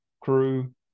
crew